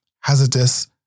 hazardous